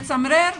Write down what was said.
מצמרר,